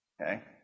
Okay